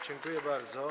Dziękuję bardzo.